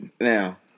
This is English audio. Now